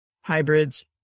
hybrids